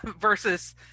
versus